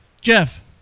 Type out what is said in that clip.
Jeff